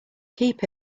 keep